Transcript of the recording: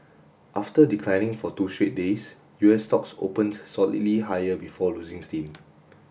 after declining for two straight days U S stocks opened solidly higher before losing steam